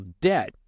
debt